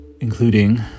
including